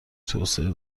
توسعه